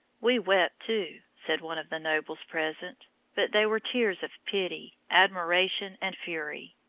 we wept too, said one of the nobles present but they were tears of pity, admiration, and fury.